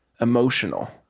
emotional